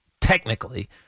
technically